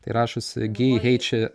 tai rašosi gi heič